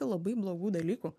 labai blogų dalykų